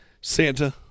Santa